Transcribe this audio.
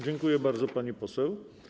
Dziękuję bardzo, pani poseł.